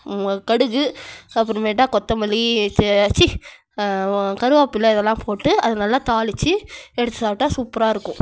கடுகு அப்புறம் மேட்டா கொத்தமல்லிக்கு ச்சீ கருவேப்பில்ல இதெலாம் போட்டு அதை நல்லா தாளிச்சு எடுத்து சாப்பிட்டா சூப்பராக இருக்கும்